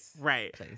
right